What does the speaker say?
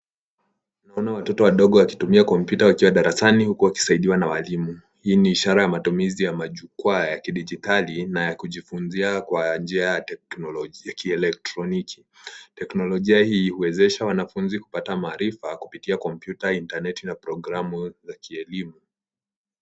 Tunaona watoto wadogo wakitumia kompyuta wakiwa darasani huku wakisaidiwa na walimu. hii ni ishara ya matumizi ya majukwaa ya kidijitali na ya kujifunzia kwa njia ya kielektroniki. Teknolojia hii huwezesha wanafunzi kupata maarifa kupitia kompyuta, inatneti na programu za kielimu.